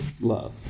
love